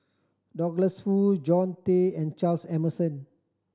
Douglas Foo John Tay and Charles Emmerson